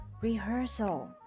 Rehearsal